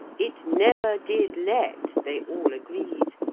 it never did let, they all agreed,